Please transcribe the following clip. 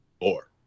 four